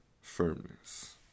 firmness